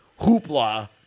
hoopla